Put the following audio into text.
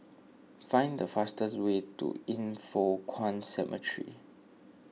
find the fastest way to Yin Foh Kuan Cemetery